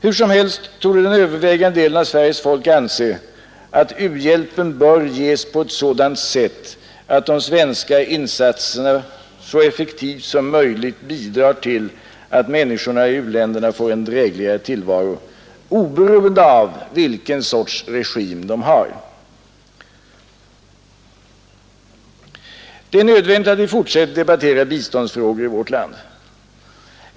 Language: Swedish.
Hur som helst torde den övervägande delen av Sveriges folk anse att u-hjälpen bör ges på ett sådant sätt att de svenska insatserna så effektivt som möjligt bidrar till att människorna i u-länderna får en drägligare tillvaro, oberoende av vilken sorts regim de har. Det är nödvändigt att vi fortsätter att debattera biståndsfrågor i vårt land.